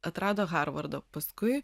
atrado harvardo paskui